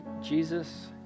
Jesus